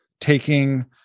taking